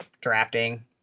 drafting